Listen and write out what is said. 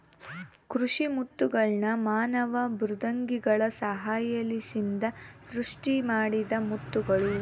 ಕೃಷಿ ಮುತ್ತುಗಳ್ನ ಮಾನವ ಮೃದ್ವಂಗಿಗಳ ಸಹಾಯಲಿಸಿಂದ ಸೃಷ್ಟಿಮಾಡಿದ ಮುತ್ತುಗುಳು